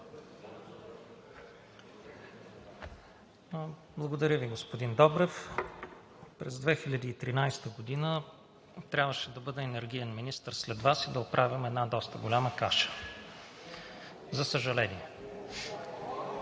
Благодаря Ви, господин Добрев. През 2013 г. трябваше да бъда енергиен министър след Вас и да оправям една доста голяма каша, за съжаление.